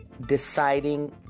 deciding